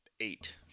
eight